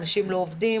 אנשים לא עובדים,